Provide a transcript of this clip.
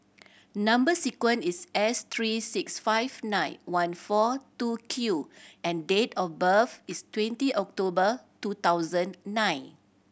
number sequence is S three six five nine one four two Q and date of birth is twenty October two thousand nine